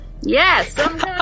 Yes